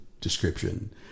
description